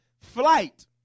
Flight